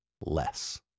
less